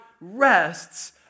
rests